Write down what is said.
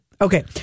okay